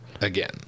again